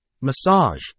Massage